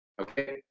Okay